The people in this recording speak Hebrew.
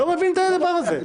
אני לא מבין את הדבר הזה.